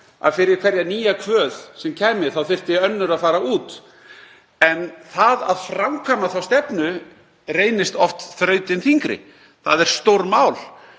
að fyrir hverja nýja kvöð sem kæmi þyrfti önnur að fara út. En að framkvæma þá stefnu reynist oft þrautin þyngri. Það er stórmál